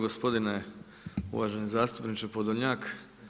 Gospodine uvaženi zastupniče POdolnjak.